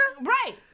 right